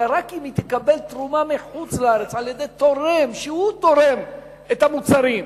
אלא רק אם היא תקבל תרומה מחוץ-לארץ מתורם שתורם את המוצרים.